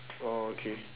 oh okay